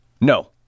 No